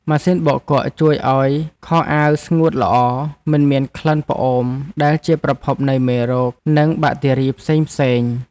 ម៉ាស៊ីនបោកគក់ជួយឱ្យខោអាវស្ងួតល្អមិនមានក្លិនផ្អូមដែលជាប្រភពនៃមេរោគ និងបាក់តេរីផ្សេងៗ។